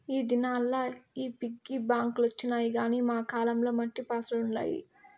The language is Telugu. ఈ దినాల్ల ఈ పిగ్గీ బాంక్ లొచ్చినాయి గానీ మా కాలం ల మట్టి పాత్రలుండాయి